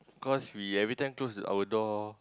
cause we every time close our door